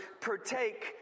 partake